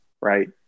right